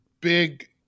big